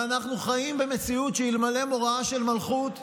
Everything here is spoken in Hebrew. ואנחנו חיים במציאות ש"אלמלא מוראה של מלכות,